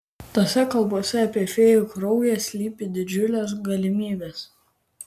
tose kalbose apie fėjų kraują slypi didžiulės galimybės